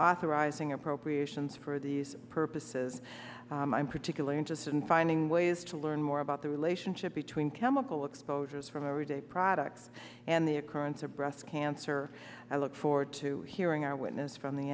authorizing appropriations for these purposes i'm particularly interested in finding ways to learn more about the relationship between chemical exposures from everyday products and the occurrence of breast cancer i look forward to hearing our witness from the